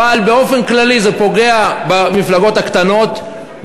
אבל באופן כללי זה פוגע במפלגות הקטנות.